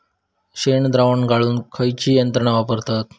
शेणद्रावण गाळूक खयची यंत्रणा वापरतत?